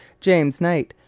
james knight,